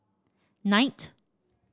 knight